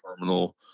terminal